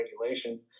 regulation